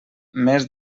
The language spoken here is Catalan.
mes